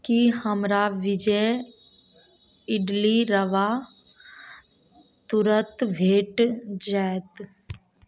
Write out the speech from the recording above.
कि हमरा विजय ईडली रवा तुरत भेट जाएत